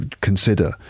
consider